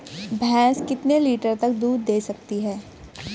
भैंस कितने लीटर तक दूध दे सकती है?